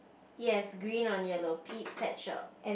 yes green on yellow pits pet shop